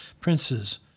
princes